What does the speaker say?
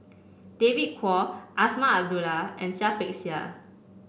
David Kwo Azman Abdullah and Seah Peck Seah